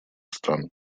стран